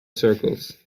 circles